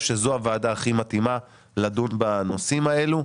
שזו הוועדה הכי מתאימה לדון בנושאים האלו,